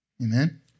Amen